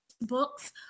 books